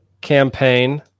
campaign